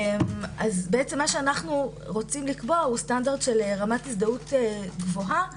בעצם מה שאנו רוצים לקבוע הוא סטנדרט של רמת הזדהות גבוהה,